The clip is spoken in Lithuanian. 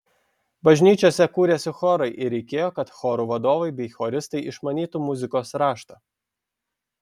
bažnyčiose kūrėsi chorai ir reikėjo kad chorų vadovai bei choristai išmanytų muzikos raštą